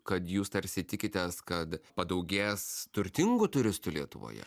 kad jūs tarsi tikitės kad padaugės turtingų turistų lietuvoje